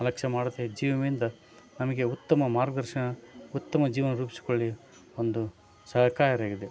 ಅಲಕ್ಷ ಮಾಡುತ್ತಾ ಈ ಜೀವ ವಿಮೆಯಿಂದ ನಮಗೆ ಉತ್ತಮ ಮಾರ್ಗದರ್ಶನ ಉತ್ತಮ ಜೀವನ ರೂಪಿಸಿಕೊಳ್ಳಿ ಒಂದು ಸಹಕಾರಿಯಾಗಿದೆ